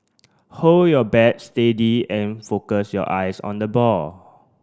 hold your bat steady and focus your eyes on the ball